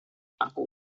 aku